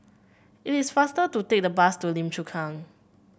it is faster to take the bus to Lim Chu Kang